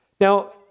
Now